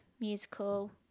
musical